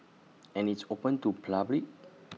and it's open to public